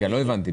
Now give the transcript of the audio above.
לא הבנתי.